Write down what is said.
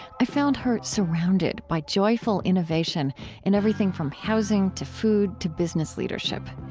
i found her surrounded by joyful innovation in everything from housing to food to business leadership.